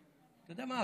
אתה יודע מה?